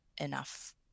enough